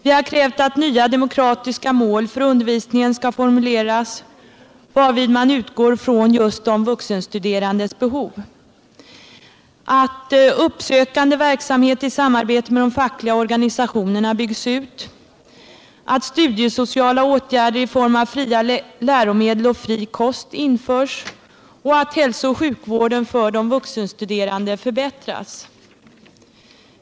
Vi har krävt att nya demokratiska mål för undervisningen skall formuleras, varvid man utgår från just de vuxenstuderandes behov, vidare att den uppsökande verksamheten byggs ut i samarbete med de fackliga organisationerna, att studiesociala förbättringar i form av fria läromedel och fri kost genomförs och att hälsooch sjukvården för de vuxenstuderande förbättras.